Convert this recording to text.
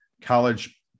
college